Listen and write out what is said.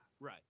right